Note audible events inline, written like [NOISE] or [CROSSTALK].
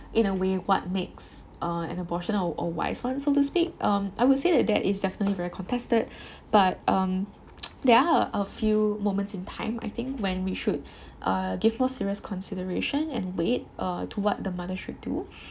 in a way what makes uh an abortion a a wise one so to speak um I would say that that is definitely very contested [BREATH] but um [NOISE] there are a few moments in time I think when we should uh give more serious consideration and weight uh to what the mother should do [BREATH]